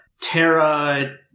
Terra